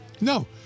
No